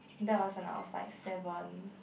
that was when I was like seven